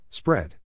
Spread